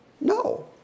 No